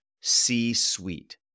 c-suite